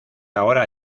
ahora